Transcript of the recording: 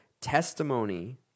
testimony